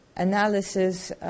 analysis